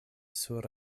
sur